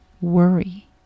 worry